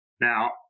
Now